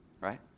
right